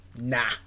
nah